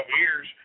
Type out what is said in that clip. years